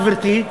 גברתי,